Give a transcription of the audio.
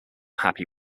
happy